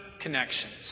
connections